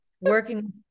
working